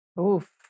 Oof